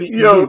yo